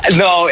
no